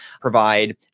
provide